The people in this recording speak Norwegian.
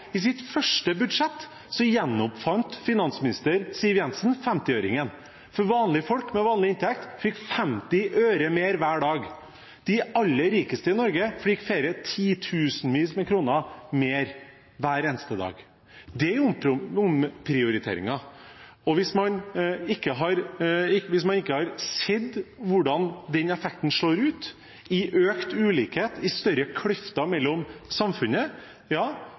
I sitt første budsjett gjenoppfant finansminister Siv Jensen 50-øringen. Vanlige folk, med vanlig inntekt, fikk 50 øre mer hver dag. De aller rikeste i Norge fikk titusenvis av kroner mer hver eneste dag. Det er omprioriteringer. Hvis man ikke har sett hvordan den effekten slår ut i økt ulikhet, i større kløfter i samfunnet,